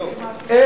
הבלו זה הבלוף.